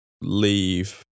leave